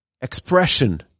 expression